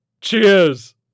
Cheers